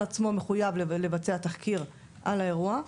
המש"ל עצמו מחויב לבצע תחקיר על האירוע,